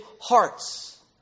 hearts